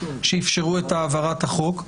שאפשרו את העברת החוק.